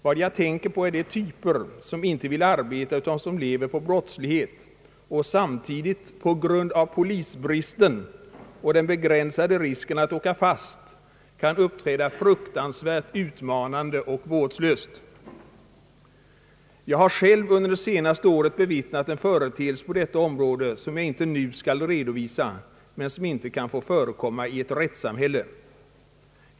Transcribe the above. Vad jag tänker på är de typer som inte vill arbeta utan som lever på brottslighet och samtidigt på grund av polisbristen och den begränsade risken att åka fast kan uppträda fruktansvärt utmanande och vårdslöst. Jag har själv under det senaste året bevittnat en företeelse på detta område som jag inte nu skall redovisa men som inte kan få förekomma i ett rättssamhälle.